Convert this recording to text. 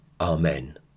Amen